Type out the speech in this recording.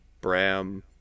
Bram